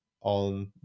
on